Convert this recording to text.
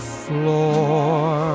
floor